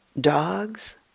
dogs